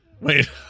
Wait